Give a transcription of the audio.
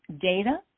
data